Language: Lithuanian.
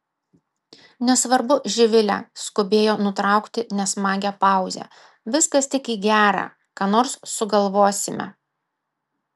nesvarbu živile skubėjo nutraukti nesmagią pauzę viskas tik į gera ką nors sugalvosime